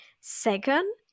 second